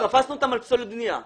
תפסנו אותם על פסולת בנייה.